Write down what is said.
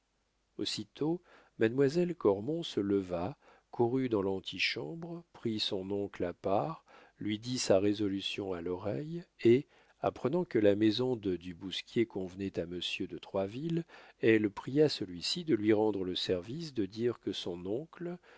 aussitôt mademoiselle cormon se leva courut dans l'antichambre prit son oncle à part lui dit sa résolution à l'oreille et apprenant que la maison de du bousquier convenait à monsieur de troisville elle pria celui-ci de lui rendre le service de dire que son oncle